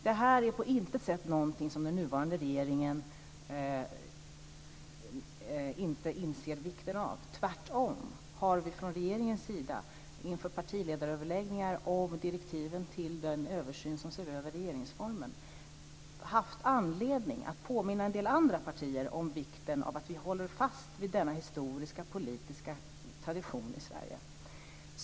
Detta är på intet sätt någonting som den nuvarande regeringen inte inser vikten av. Tvärtom har vi från regeringens sidan inför partiledaröverläggningar om direktiven när det gäller översynen av regeringsformen haft anledning att påminna en del andra partier om vikten av att vi håller fast vid denna historiska politiska tradition i Sverige.